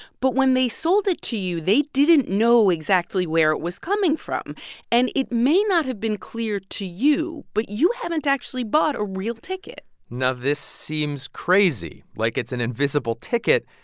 but when they sold it to you, they didn't know exactly where it was coming from and it may not have been clear to you, but you haven't actually bought a real ticket now, this seems crazy, like it's an invisible ticket.